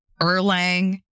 Erlang